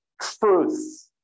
truth